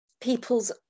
people's